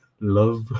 love